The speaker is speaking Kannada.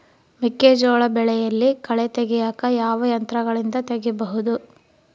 ಮೆಕ್ಕೆಜೋಳ ಬೆಳೆಯಲ್ಲಿ ಕಳೆ ತೆಗಿಯಾಕ ಯಾವ ಯಂತ್ರಗಳಿಂದ ತೆಗಿಬಹುದು?